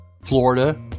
Florida